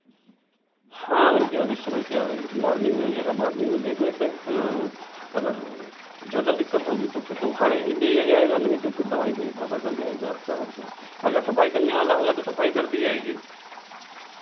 हाँ और क्या अब इस समय क्या है मॉर्निंग में आइएगा मॉर्निंग में देख लेते हैं अगर ज़्यादा दिक्कत होगी तो फिर तो उखाड़े ही दिया जाएगा नहीं तो फिर दवाई से ही फायदा कर जाएगा आपका और क्या अगर सफाई करने वाला होगा तो सफाई कर दी जाएगी